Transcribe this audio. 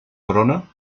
trona